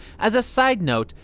as a side note,